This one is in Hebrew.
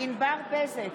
ענבר בזק,